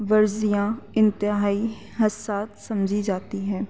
ورزیاں انتہائی حساس سمجھی جاتی ہیں